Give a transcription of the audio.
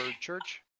church